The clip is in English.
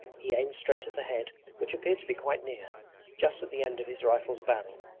he aimed straight at the head which appeared to be quite near just at the end of his rifle's barrel.